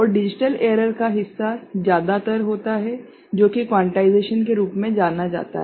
और digital error का हिस्सा ज्यादातर होता है जो कि क्वांटाइजेशन के रूप में जाना जाता है